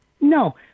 No